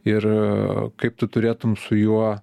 ir kaip tu turėtum su juo